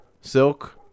silk